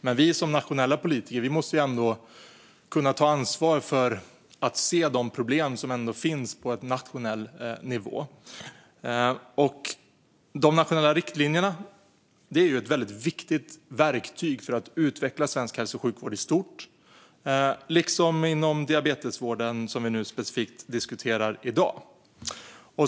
Men vi nationella politiker måste ändå kunna se de problem som finns. De nationella riktlinjerna är ett viktigt verktyg för att utveckla svensk hälso och sjukvård i stort liksom specifikt inom diabetessjukvården, som vi nu diskuterar.